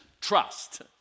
trust